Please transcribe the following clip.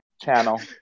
channel